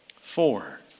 Four